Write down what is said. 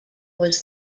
was